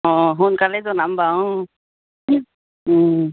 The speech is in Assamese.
অঁ সোনকালে জনাম বাৰু অঁ